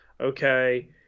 okay